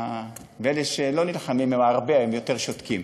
ואלה שלא נלחמים הם הרבה והם יותר שותקים.